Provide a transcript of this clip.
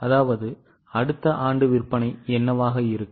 அதாவது அடுத்த ஆண்டு விற்பனை என்னவாக இருக்கும்